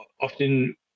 often